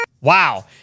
Wow